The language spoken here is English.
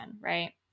Right